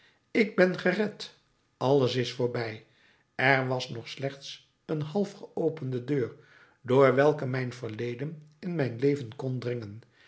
ik ben gered alles is voorbij er was nog slechts één half geopende deur door welke mijn verleden in mijn leven kon dringen